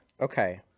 Okay